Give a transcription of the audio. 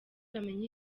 bamenye